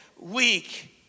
weak